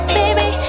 baby